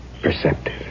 perceptive